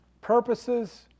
purposes